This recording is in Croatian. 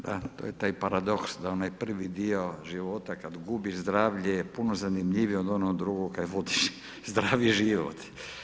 Da to je taj paradoks, da onaj prvi dio života, kada gubiš zdravlje je puno zanimljiviji, od onog drugog kada vodiš zdravi život.